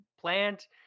plant